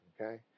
okay